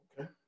okay